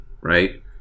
right